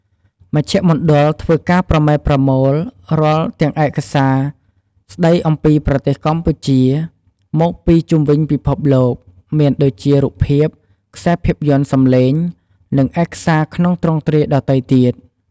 មជ្ឈមណ្ឌលធ្វើការប្រមែប្រមូលរាល់ទាំងឯកសារស្តីអំពីប្រទេសកម្ពុជា មកពីជុំវិញពិភពលោក មានដូចជារូបភាព ខ្សែភាពយន្តសំឡេង និងឯកសារក្នុងទ្រង់ទ្រាយដទៃទៀត។